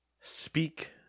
Speak